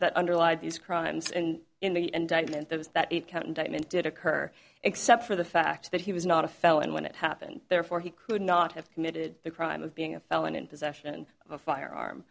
that underlie these crimes and in the indictment there was that eight count indictment did occur except for the fact that he was not a felon when it happened therefore he could not have committed the crime of being a felon in possession of a firearm